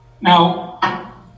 now